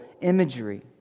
imagery